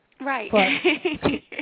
Right